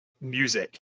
music